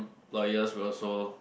employers will also